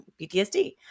PTSD